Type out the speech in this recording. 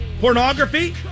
Pornography